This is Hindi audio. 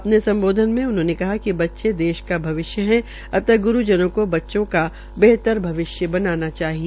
अपने सम्बोधन में उन्होंने कहा कि बच्चे देश की भविष्य है अंत ग्रूजनों का बेहतर भविष्य बनाना चाहिए